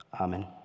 Amen